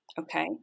okay